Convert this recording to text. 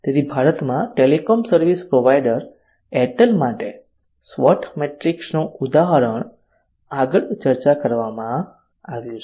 તેથી ભારતમાં telecom service provider Airtel માટે SWOT મેટ્રિક્સનું ઉદાહરણ આગળ ચર્ચા કરવામાં આવ્યું છે